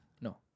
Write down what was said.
No